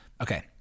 Okay